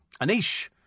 Anish